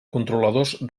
controladors